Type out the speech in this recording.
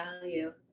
value